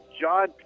John